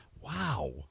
Wow